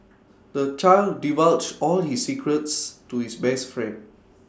the child divulged all his secrets to his best friend